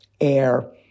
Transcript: air